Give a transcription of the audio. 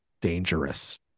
dangerous